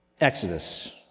Exodus